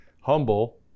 humble